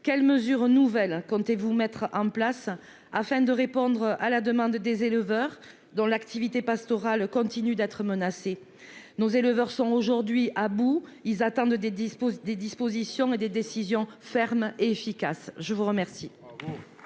quelles mesures nouvelles comptez-vous mettre en place afin de répondre à la demande des éleveurs dans l'activité pastorale continuent d'être menacés, nos éleveurs sont aujourd'hui à bout, ils attendent des dispose des dispositions et des décisions fermes et efficaces, je vous remercier.